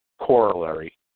corollary